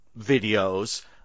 videos